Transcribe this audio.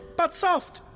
but soft,